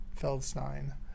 feldstein